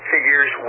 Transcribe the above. figures